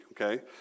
okay